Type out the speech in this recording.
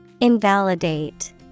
Invalidate